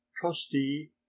trustee